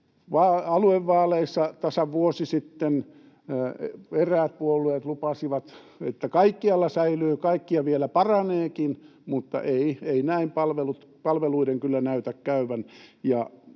Aluevaaleissa tasan vuosi sitten eräät puolueet lupasivat, että kaikkialla säilyy kaikki ja vielä paraneekin, mutta ei, ei näin palveluiden kyllä näytä käyvän,